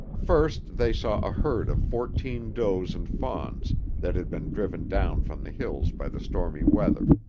first they saw a herd of fourteen does and fawns that had been driven down from the hills by the stormy weather.